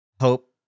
hope